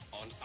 on